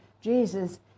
Jesus